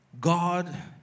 God